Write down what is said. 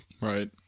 Right